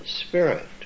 spirit